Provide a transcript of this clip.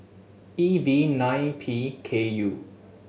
E V nine P K U